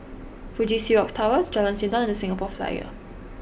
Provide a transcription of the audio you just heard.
Fuji Xerox Tower Jalan Sindor and The Singapore Flyer